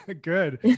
Good